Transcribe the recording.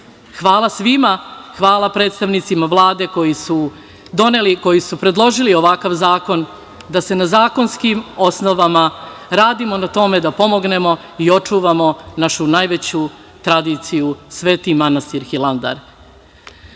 hvala svima. Hvala predstavnicima Vlade koji su predložili ovakav zakon da na zakonskim osnovama radi na tome da pomognemo i očuvamo našu najveću tradiciju Sveti manastir Hilandar. Takođe